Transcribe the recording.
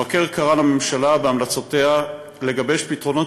המבקר קרא לממשלה בהמלצותיו לגבש פתרונות